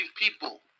people